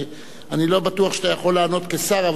ואני לא בטוח שאתה יכול לענות כשר,